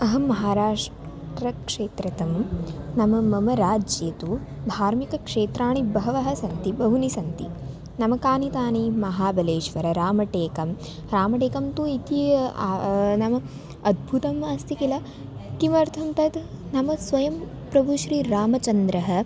अहं महाराष्ट्रक्षेत्रं नाम मम राज्ये तु धार्मिकक्षेत्राणि बहूनि सन्ति बहूनि सन्ति नाम कानि तानि महाबलेश्वररामटेकं रामटेकं तु इति नाम अद्भुतम् अस्ति किल किमर्थं तत् नाम स्वयं प्रभुः श्रीरामचन्द्रः